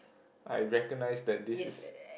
I recognize that this is